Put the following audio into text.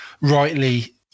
rightly